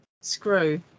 screw